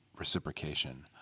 reciprocation